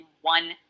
one